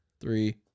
Three